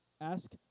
Ask